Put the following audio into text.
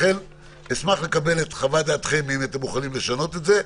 לכן אשמח לקבל את חוות דעתכם עם אתם מוכנים לשנות את זה.